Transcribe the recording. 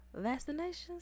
vaccinations